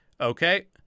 okay